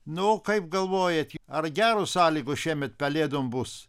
na o kaip galvojat ar geros sąlygos šiemet pelėdom bus